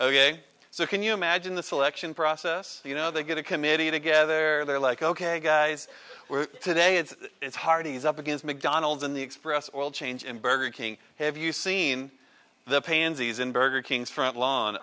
ok so can you imagine the selection process you know they get a committee together they're like ok guys we're today it's hardy's up against mcdonald's in the express oil change in burger king have you seen the pansies in burger king's front lawn